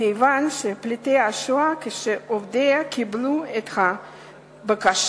במכוון את פליטי השואה כשעובדיה קיבלו את בקשותיהם